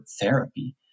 therapy